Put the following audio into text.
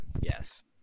Yes